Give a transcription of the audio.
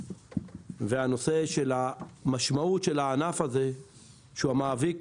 והנושא של המשמעות של הענף הזה שהוא המאביק